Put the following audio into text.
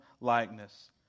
likeness